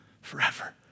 forever